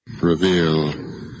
Reveal